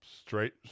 straight